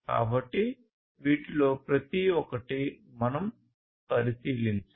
కాబట్టి వీటిలో ప్రతి ఒక్కటి మనం పరిశీలించాలి